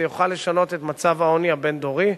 זה יוכל לשנות את מצב העוני הבין-דורי.